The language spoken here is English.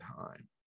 time